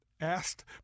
asked